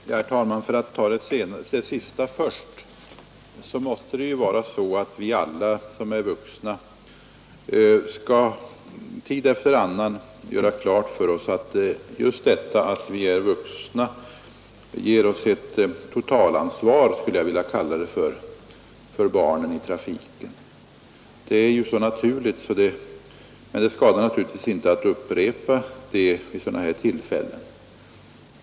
Herr talman! För att ta det sista först måste det ju vara så att vi alla sOm är vuxna skall göra klart för oss tid efter annan att just detta att vi är vuxna ger oss ett totalansvar — skulle, jag vilja kalla det — för barnen i trafiken. Det är ju så naturligt, men det skadar inte att upprepa det vid sådana här tillfällen.